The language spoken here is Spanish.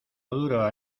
duro